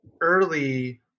early